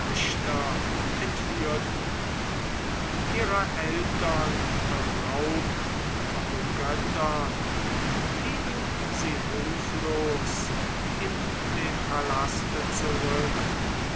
entführten ihrer eltern beraubt von den göttern blieben sie hilflos in dem palaste zurück